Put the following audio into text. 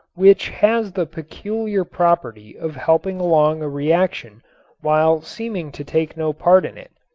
which has the peculiar property of helping along a reaction while seeming to take no part in it.